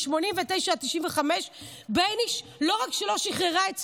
ב-1989 1995. בייניש לא רק שלא שחררה את סנוואר,